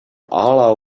all